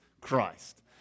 Christ